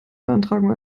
beantragung